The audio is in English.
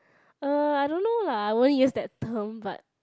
uh I don't know lah I won't use that term but